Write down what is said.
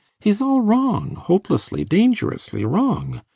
he's all wrong hopelessly, dangerously wrong.